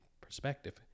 perspective